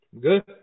Good